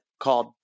called